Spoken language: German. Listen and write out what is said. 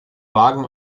wagen